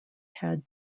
had